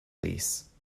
lease